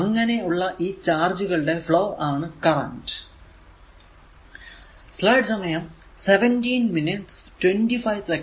അങ്ങനെ ഉള്ള ഈ ചാർജുകളുടെ ഫ്ലോ ആണ് കറന്റ്